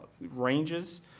ranges